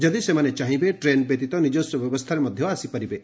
ଯଦି ସେମାନେ ଚାହିଁବେ ଟ୍ରେନ୍ ବ୍ୟତୀତ ନିଜସ୍ୱ ବ୍ୟବସ୍ଚାରେ ମଧ୍ଧ ଆସିପାରିବେ